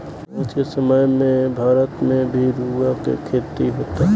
आज के समय में भारत में भी रुआ के खेती होता